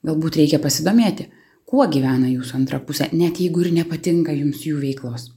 galbūt reikia pasidomėti kuo gyvena jūsų antra pusė net jeigu ir nepatinka jums jų veiklos